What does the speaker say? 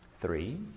three